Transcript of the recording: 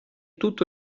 tutto